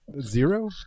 zero